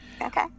Okay